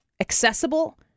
accessible